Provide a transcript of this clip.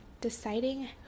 deciding